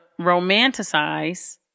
romanticize